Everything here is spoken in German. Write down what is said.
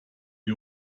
die